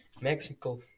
Mexico